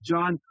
John